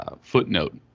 footnote